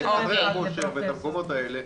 את חדרי הכושר ואת המקומות האלה.